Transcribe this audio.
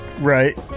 Right